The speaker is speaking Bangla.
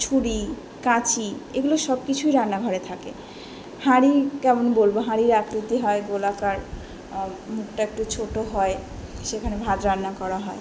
ছুরি কাঁচি এগুলো সবকিছুই রান্নাঘরে থাকে হাঁড়ি কেমন বলবো হাঁড়ির আকৃতি হয় গোলাকার মুখটা একটু ছোটো হয় সেখানে ভাত রান্না করা হয়